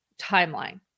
Timeline